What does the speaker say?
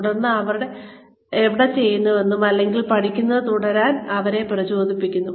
തുടർന്ന് അവർ ഇപ്പോൾ ചെയ്യുന്നതെന്തും അല്ലെങ്കിൽ പഠിക്കുന്നത് തുടരാൻ അവരെ പ്രചോദിപ്പിക്കുക